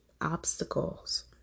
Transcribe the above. obstacles